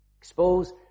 expose